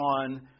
on